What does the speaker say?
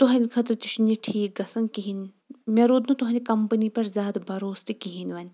تُہنٛدِ خأطرٕ تہِ چھنہٕ یہِ ٹھیٖک گژھان کہیٖنۍ مےٚ روٗد نہٕ تُہنٛدِ کمپنی پٮ۪ٹھ زیٛادٕ بروسہٕ تہِ کہیٖنۍ وۄنۍ